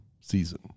season